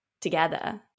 together